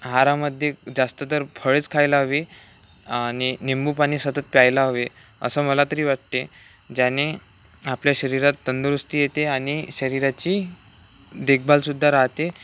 आहारामध्ये जास्त तरर फळेच खायला हवी आणि निंबू पानी सतत प्यायला हवे असं मला तरी वाटते ज्याने आपल्या शरीरात तंदुरुस्ती येते आणि शरीराची देखभालसुद्धा राहते